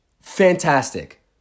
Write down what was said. fantastic